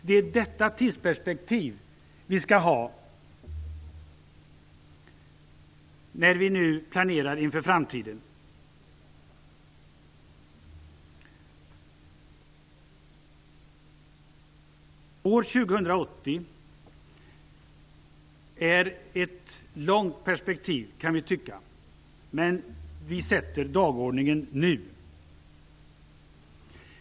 Det är detta tidsperspektiv vi skall ha när vi nu planerar inför framtiden. År 2080 kan tyckas vara ett långt perspektiv, men vi sätter upp dagordningen nu.